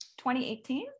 2018